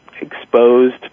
exposed